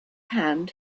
hand